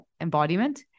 embodiment